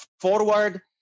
forward